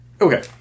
Okay